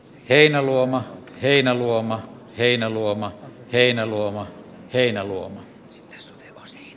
heinäluoma heinäluoma heinäluoma heinäluoma heinäluoman suojaksi